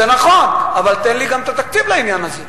זה נכון, אבל תן לי גם את התקציב לעניין הזה.